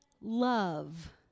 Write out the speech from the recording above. love